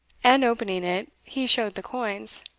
and opening it, he showed the coins.